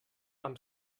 amb